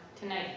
tonight